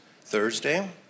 Thursday